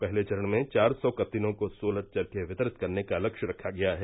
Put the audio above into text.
पहले चरण में चार सौ कत्तिनों को सोलर चर्खे वितरित करने का लक्ष्य रखा गया है